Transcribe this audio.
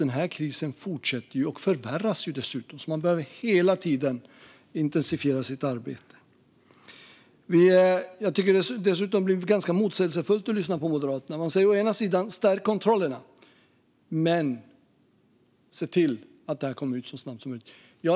Den här krisen fortsätter och förvärras dessutom, så man behöver hela tiden intensifiera sitt arbete. Jag tycker att det är ganska motsägelsefullt att lyssna på Moderaterna. Man säger å ena sidan: Stärk kontrollerna! Å andra sidan säger man: Se till att det här kommer ut så snabbt som möjligt!